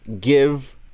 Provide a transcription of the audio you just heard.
give